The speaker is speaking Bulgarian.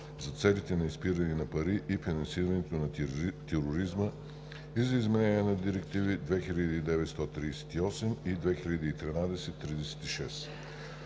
за целите на изпирането на пари и финансирането на тероризма и за изменение на директиви 2009/138/ЕС и 2013/36/ЕС.